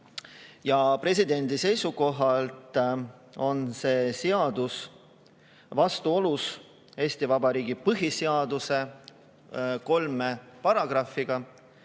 Presidendi seisukohalt on see seadus vastuolus Eesti Vabariigi põhiseaduse kolme paragrahviga: